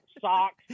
socks